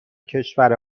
کشور